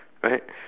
right